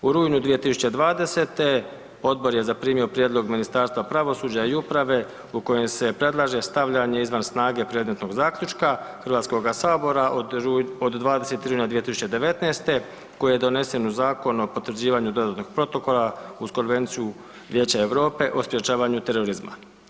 U rujnu 2020. odbor je zaprimio prijedlog Ministarstva pravosuđa i uprave u kojem se predlaže stavljanje izvan snage predmetnog zaključka Hrvatskoga sabora od 20. rujna 2019. koji je donesen u Zakonu o potvrđivanju dodatnog protokola uz Konvenciju Vijeća Europe o sprječavanju terorizma.